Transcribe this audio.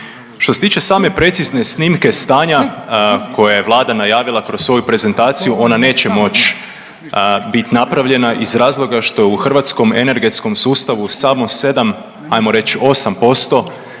Što se tiče same precizne snimke stanja koje je Vlada najavila kroz svoju prezentaciju ona neće moći biti napravljena iz razloga što je u hrvatskom energetskom sustavu samo 7, hajmo reći 8